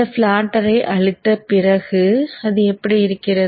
பிளாட்டர்ஐ அழித்த பிறகு அது எப்படி இருக்கிறது